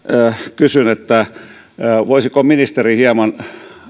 kysyn voisiko ministeri hieman